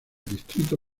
distrito